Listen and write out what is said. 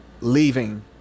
leaving